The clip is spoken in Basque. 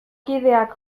kideak